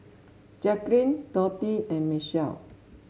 Jacklyn Dorthea and Michel